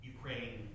Ukraine